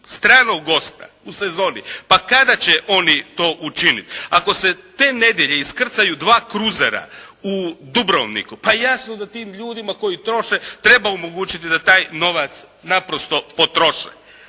stranog gosta u sezoni, pa kada će oni to učinit? Ako se te nedjelje iskrcaju dva crusera u Dubrovniku, pa jasno da tim ljudima koji troše treba omogućiti da taj novac naprosto potroše.